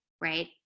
right